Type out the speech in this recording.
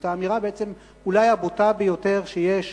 זאת אולי האמירה הבוטה ביותר שיש